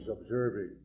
observing